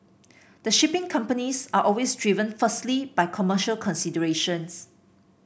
the shipping companies are always driven firstly by commercial considerations